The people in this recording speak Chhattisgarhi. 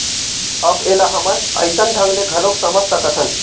अब ऐला हमन अइसन ढंग ले घलोक समझ सकथन